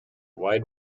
wide